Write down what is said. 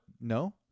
no